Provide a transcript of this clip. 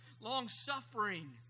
long-suffering